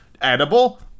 edible